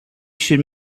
should